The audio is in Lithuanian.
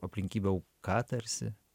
aplinkybių auka tarsi